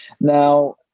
Now